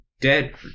dead